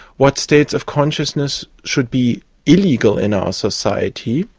what states of consciousness should be illegal in our society?